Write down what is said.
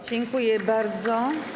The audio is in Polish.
Dziękuję bardzo.